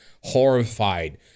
horrified